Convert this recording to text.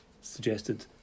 suggested